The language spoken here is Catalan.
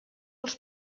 els